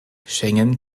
schengen